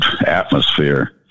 atmosphere